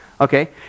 Okay